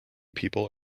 people